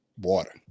water